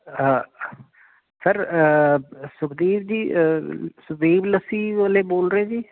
ਹਾਂ ਸਰ ਸੁਖਦੀਪ ਜੀ ਸੁਖਦੀਪ ਲੱਸੀ ਵਾਲੇ ਬੋਲ ਰਹੇ ਜੀ